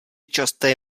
časté